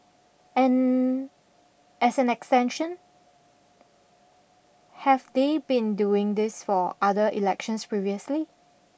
and as an extension have they been doing this for other elections previously